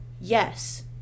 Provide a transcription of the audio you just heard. Yes